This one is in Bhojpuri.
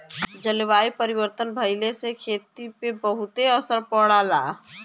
जलवायु परिवर्तन भइले से खेती पे बहुते असर पड़ला